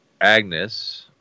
Agnes